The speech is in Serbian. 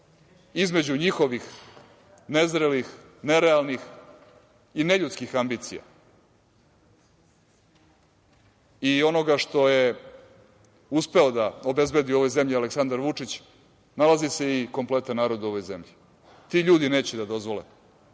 Između njihovih nezrelih, nerealnih i neljudskih ambicija i onoga što je uspeo da obezbedi ovoj zemlji Aleksandar Vučić nalazi se i kompletan narod u ovoj zemlji. Ti ljudi neće da dozvole